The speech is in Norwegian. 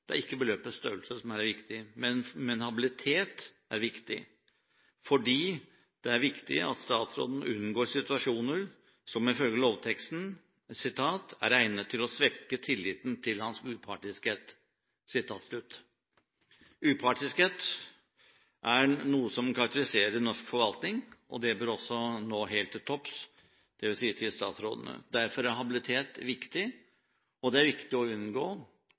Det er ikke beløpets størrelse som er det viktige, men habilitet er viktig fordi det er viktig at statsråden unngår situasjoner som ifølge lovteksten «er egnet til å svekke tilliten til hans upartiskhet». Upartiskhet er noe som karakteriserer norsk forvaltning, og det bør også nå helt til topps, dvs. til statsrådene. Derfor er habilitet viktig, og det er viktig å unngå